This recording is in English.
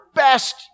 best